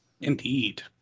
Indeed